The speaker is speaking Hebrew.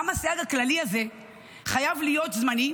גם הסייג הכללי הזה חייב להיות זמני,